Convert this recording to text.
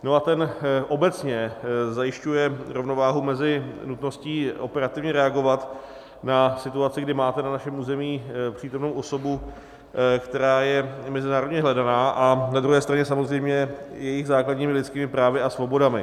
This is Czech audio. No a ten obecně zajišťuje rovnováhu mezi nutností operativně reagovat na situaci, kdy máme na našem území přítomnou osobu, které je mezinárodně hledaná, a na druhé straně samozřejmě jejími základními lidskými právy a svobodami.